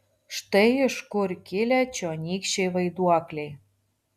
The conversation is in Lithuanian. štai iš kur kilę čionykščiai vaiduokliai